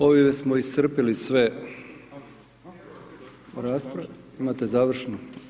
Ovime smo iscrpili sve za raspravu. ... [[Upadica se ne čuje.]] Imate završnu?